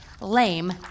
lame